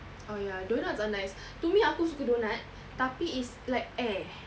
oh ya doughnuts are nice to me aku suka doughnuts tapi it's like air